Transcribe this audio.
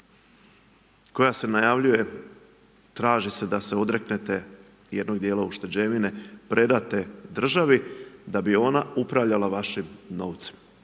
koja se najavljuje traži se da se odreknete jednog dijela ušteđevine, predate državi da bi ona upravljala vašim novcem.